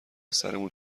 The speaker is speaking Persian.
سرمون